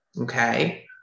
Okay